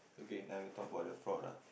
like we talk about the fraud ah